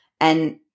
and-